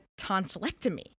tonsillectomy